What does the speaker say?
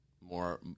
more